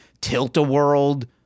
Tilt-A-World